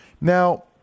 Now